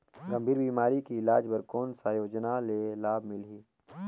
गंभीर बीमारी के इलाज बर कौन सा योजना ले लाभ मिलही?